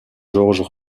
georges